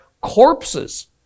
corpses